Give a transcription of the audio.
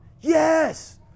Yes